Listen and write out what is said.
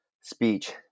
speech